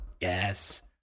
Yes